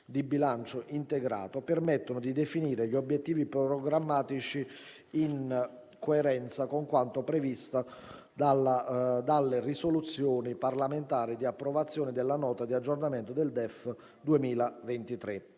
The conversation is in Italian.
di bilancio integrato, permettono di definire gli obiettivi programmatici in coerenza con quanto previsto dalle risoluzioni parlamentari di approvazione della Nota di aggiornamento del DEF 2023.